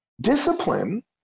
Discipline